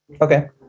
Okay